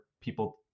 people